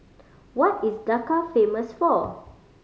what is Dhaka famous for